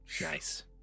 nice